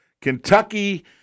Kentucky